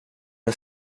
den